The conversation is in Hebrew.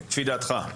לפי דעתך.